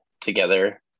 together